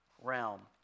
realm